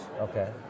Okay